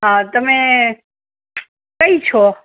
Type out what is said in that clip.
હ તમે કઈ છો